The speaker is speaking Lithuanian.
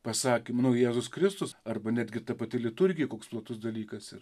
pasakym nu jėzus kristus arba netgi ta pati liturgija koks platus dalykas yra